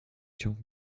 ciąg